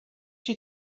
she